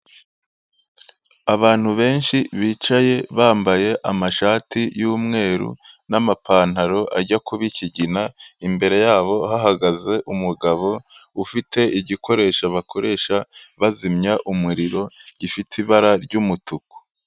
Abantu benshi bicaye bambaye amashati y'umweru n'amapantaro ajya kuba ikigina, imbere yabo hahagaze umugabo ufite igikoresho bakoresha bazimya umuriro gifite ibara ry'umutuku.